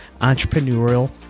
entrepreneurial